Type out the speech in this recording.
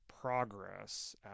progress